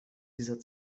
dieser